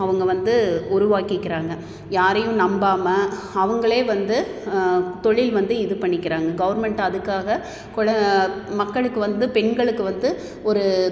அவங்க வந்து உருவாகிக்கிறாங்க யாரையும் நம்பாமல் அவங்களே வந்து தொழில் வந்து இது பண்ணிக்கிறாங்க கவர்மெண்ட் அதுக்காக கொல மக்களுக்கு வந்து பெண்களுக்கு வந்து ஒரு